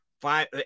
five